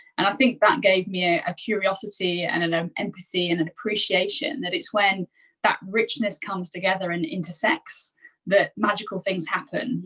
and i think that gave me a ah curiosity and an um empathy and an appreciation, that it's when that richness comes together and intersects that magical things happen.